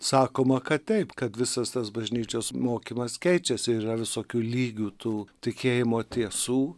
sakoma kad taip kad visas tas bažnyčios mokymas keičiasi ir yra visokių lygių tų tikėjimo tiesų